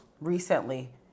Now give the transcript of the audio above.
recently